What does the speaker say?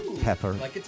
pepper